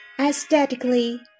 aesthetically